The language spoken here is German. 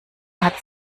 hat